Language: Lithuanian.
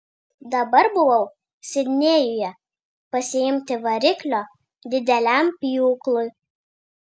dabar buvau sidnėjuje pasiimti variklio dideliam pjūklui